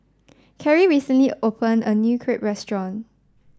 Kerrie recently opened a new Crepe restaurant